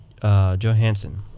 Johansson